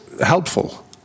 helpful